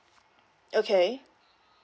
okay